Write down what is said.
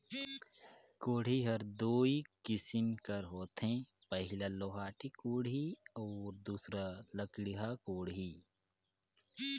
कोड़ी हर दुई किसिम कर होथे पहिला लोहाटी कोड़ी अउ दूसर लकड़िहा कोड़ी